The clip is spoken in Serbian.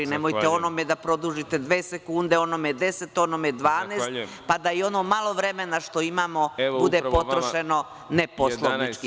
Nemojte onome da produžite dve sekunde, onome 10, onome 12, pa da i ono malo vremena što imamo bude potrošeno neposlovnički.